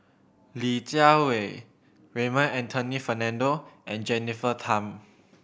Li Jiawei Raymond Anthony Fernando and Jennifer Tham